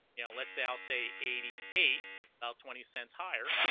you know let's say i'll say eighty eight about twenty cents higher